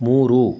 ಮೂರು